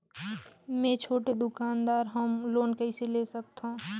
मे छोटे दुकानदार हवं लोन कइसे ले सकथव?